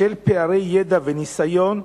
בשל פערי ידע וניסיון,